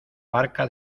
barca